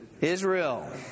Israel